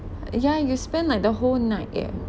yeah you spend like the whole night eh